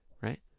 Right